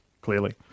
clearly